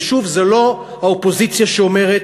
ושוב, זאת לא האופוזיציה שאומרת,